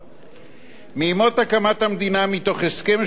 מימות הקמת המדינה, מתוך הסכם שנעשה בין